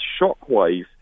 shockwave